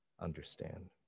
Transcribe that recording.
understand